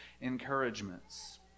encouragements